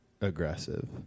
aggressive